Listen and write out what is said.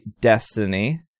Destiny